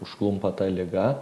užklumpa ta liga